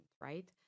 right